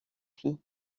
fille